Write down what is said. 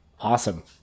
Awesome